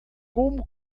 como